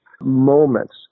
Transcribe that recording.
moments